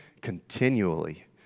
continually